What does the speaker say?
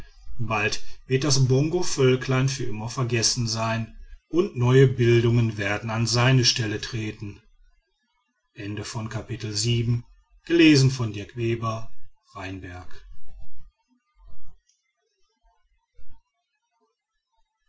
bald wird das bongovölklein für immer vergessen sein und neue bildungen werden an seine stelle treten